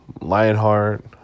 lionheart